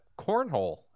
cornhole